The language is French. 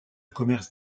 commerce